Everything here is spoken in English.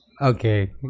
okay